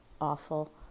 awful